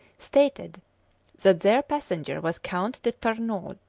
stated that their passenger was count de tarnaud,